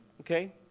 Okay